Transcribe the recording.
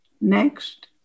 next